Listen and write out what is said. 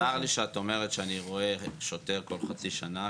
צר לי שאת אומרת שאני רואה שוטר כל חצי שנה,